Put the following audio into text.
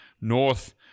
north